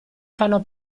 fanno